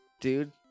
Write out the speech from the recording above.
Dude